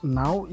now